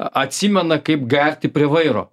a atsimena kaip gerti prie vairo